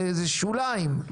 זה שוליים.